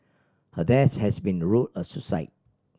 her death has been ruled a suicide